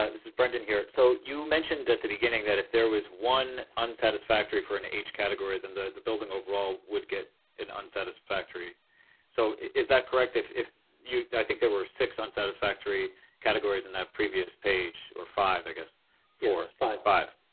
ah this is brendan here. so you mentioned at the beginning that if there was one unsatisfactory for an h category then the the building overall would get an unsatisfactory. so is that correct if if you, i think there were six unsatisfactory categories in that previous page or five, i guess, four. yes, five five.